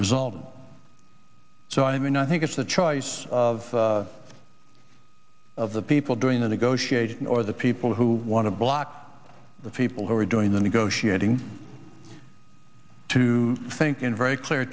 resulted so i mean i think it's the choice of of the people doing the negotiating or the people who want to block the people who are doing the negotiating to think in very clear